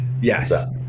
yes